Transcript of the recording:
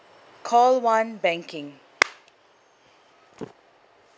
call one banking